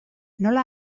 nola